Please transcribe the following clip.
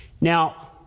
Now